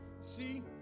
See